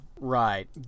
Right